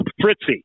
Fritzy